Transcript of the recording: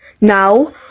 Now